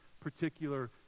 particular